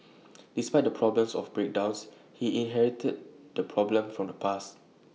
despite the problems of breakdowns he inherited the problem from the past